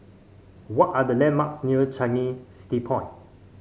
what are the landmarks near Changi City Point